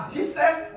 Jesus